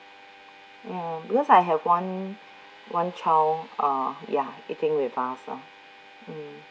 ya because I have one one child uh yeah eating with us lah mm